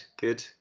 Good